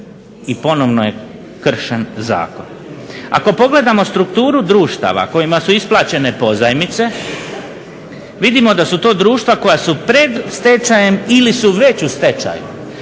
i ponovno je kršen zakon. Ako pogledamo strukturu društava kojima su isplaćene pozajmice vidimo da su to društva koja su pred stečajem ili su već u stečaju.